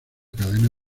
cadena